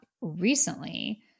recently